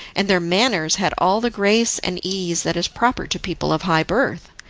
and their manners had all the grace and ease that is proper to people of high birth.